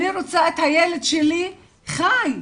אני רוצה את הילד שלי חי.